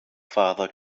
father